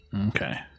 okay